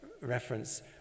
reference